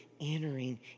entering